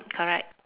correct